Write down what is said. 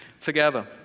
together